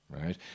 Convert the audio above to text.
right